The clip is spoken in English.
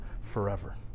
forever